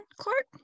Clark